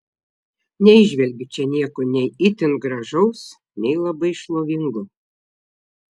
neįžvelgiu čia nieko nei itin gražaus nei labai šlovingo